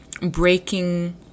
breaking